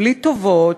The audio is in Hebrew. בלי טובות,